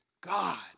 God